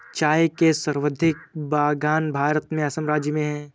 चाय के सर्वाधिक बगान भारत में असम राज्य में है